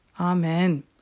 Amen